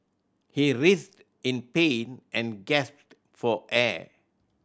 he writhed in pain and gasped for air